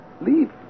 Leave